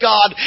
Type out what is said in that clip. God